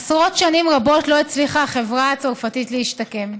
עשרות שנים רבות לא הצליחה החברה הצרפתית להשתקם.